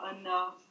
enough